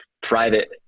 private